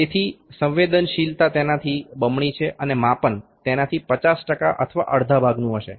તેથી સંવેદનશીલતા તેનાથી બમણી છે અને માપન તેનાથી 50 ટકા અથવા અડધા ભાગનુ હશે